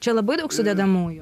čia labai daug sudedamųjų